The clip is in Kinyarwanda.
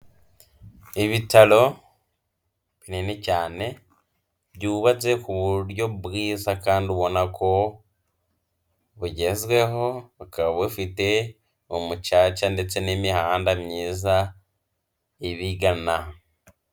Ibitaro binini cyane, byubatse ku buryo bwiza kandi ubona ko bugezweho, bukaba bufite umucaca ndetse n'imihanda myiza ibigana.